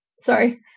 sorry